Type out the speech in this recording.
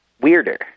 Weirder